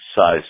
size